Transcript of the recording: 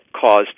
caused